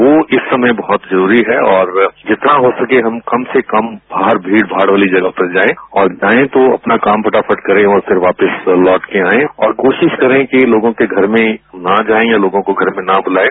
वह इस समय बहुत जरूरी है और जितना हो सके हम कम से कम बाहर भीड़ भाड़ वाली जगह पर जाएं और जाए तो अपना काम फटाफट करें और फिर वापिस लौटकर आए और कोशिश करें कि लोगों के घर में ना जाएं या लोगों को घर में न बुलाएं